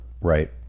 right